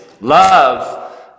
love